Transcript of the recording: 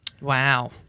wow